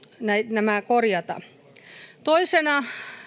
nämä korjata toisena ongelmana